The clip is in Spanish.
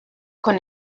con